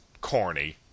corny